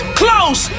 close